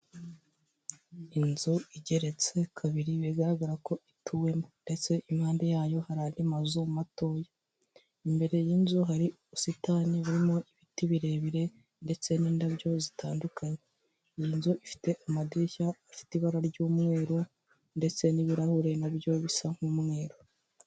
Inzu igeretse kabiri bigaragara ko ituwemo ndetse impande yayo hari andi mazu matoya. Imbere y'inzu, hari ubusitani burimo ibiti birebire ndetse n'indabyo zitandukanye. Iyi nzu ifite amadirishya afite ibara ry'umweru ndetse n'ibirahure na byo bisa nk'umweru.